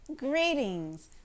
Greetings